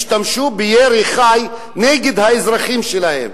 השתמשה בירי חי נגד האזרחים שלה.